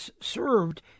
served